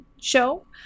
show